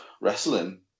wrestling